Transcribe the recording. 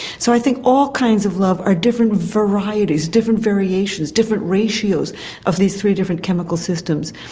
so i think all kinds of love are different varieties, different variations, different ratios of these three different chemical systems.